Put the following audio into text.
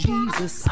Jesus